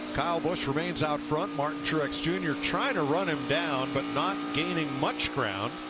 kyle busch remains upfront. martin shirks junior trying to run him down, but not getting much ground.